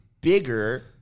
bigger